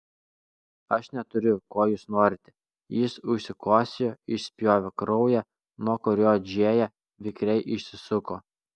aš neturiu ko jūs norite jis užsikosėjo išspjovė kraują nuo kurio džėja vikriai išsisuko